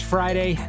Friday